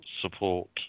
support